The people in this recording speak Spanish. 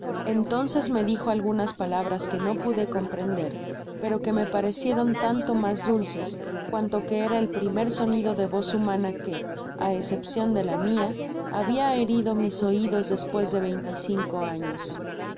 entonces me dijo algunas palabras que no pude comprender pero que me parecieron tanto mas dulces cuanto que era el primer sonido de voz humana que á escepcion de la mia habia herido mis oidos despues de veinticinco años